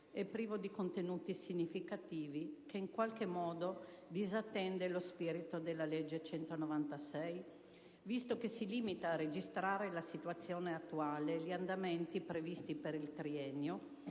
e privo di contenuti significativi ed in qualche modo disattende lo spirito della legge 31 dicembre 2009, n. 196, visto che si limita a registrare la situazione attuale e gli andamenti previsti per il triennio,